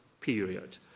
period